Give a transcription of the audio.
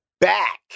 back